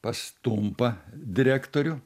pas tumpą direktorių